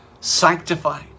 sanctified